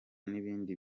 n’ibindi